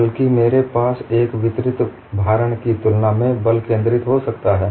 बल्कि मेरे पास एक वितरित भारण की तुलना में बल केंद्रित हो सकता है